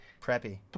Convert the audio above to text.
Preppy